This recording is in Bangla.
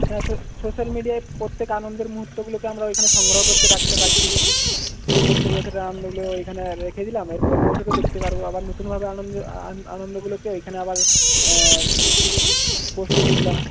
হ্যাঁ সোশ্যাল মিডিয়ায় প্রত্যেক আনন্দের মুহূর্তগুলোকে আমরা ওইখানে সংগ্রহ করে রাখতে পারছি যে প্রত্যেক বছরের আনন্দগুলো ওইখানে রেখে দিলাম এরপরের বছরও দেখতে পারবো আবার নতুনভাবে আনন্দ আনন্দগুলোকে এইখানে আবার পোস্ট করে দিলাম